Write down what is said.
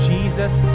Jesus